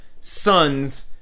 sons